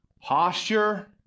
posture